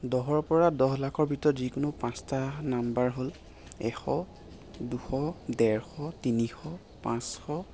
দহৰ পৰা দহ লাখৰ ভিতৰত যিকোনো পাঁচটা নাম্বাৰ হ'ল এশ দুশ ডেৰশ তিনিশ পাঁচশ